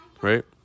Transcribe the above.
right